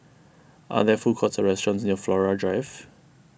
are there food courts or restaurants near Flora Drive